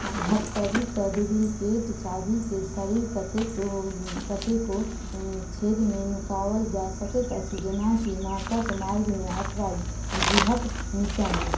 हथकड़ी के डुप्लीकेट चाभीकेँ शरीरक कतेको कतेको छेदमे नुकाओल जा सकैत अछि जेना कि नाकक मार्गमे अथवा जीहक नीचाँमे